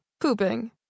pooping